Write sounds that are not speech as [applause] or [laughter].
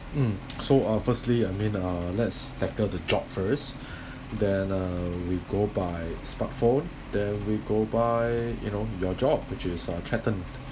mm so obviously I mean uh let's tackle the job first then [breath] uh we go by smartphone then we go by you know your job which is uh threatened